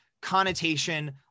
connotation